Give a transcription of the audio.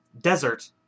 desert